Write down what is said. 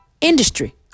industry